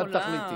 את תחליטי.